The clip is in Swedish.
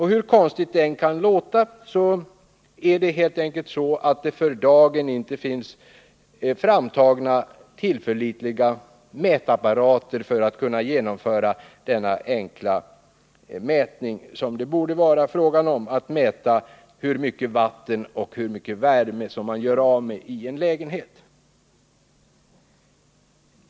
Hur konstigt det än kan låta finns det för dagen inte framtagna tillförlitliga mätapparater för att mäta hur mycket vatten och värme man gör av med i en lägenhet.